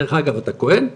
דרך אגב אתה כוהן?